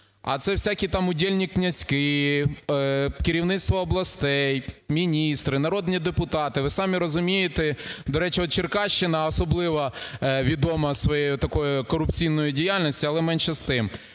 а це всякі там удєльні князьки, керівництво областей, міністри, народні депутати. А ви самі розумієте… До речі, ось Черкащина особливо відома своєю отакою корупційною діяльністю, але менше з тим.